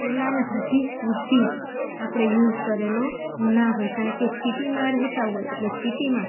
ચૂલાના હજી સુધી આપણે યુઝ કરેલો ન હોય કારણ કે સીટીમાં રહેતા હોય એટલે સીટીમાં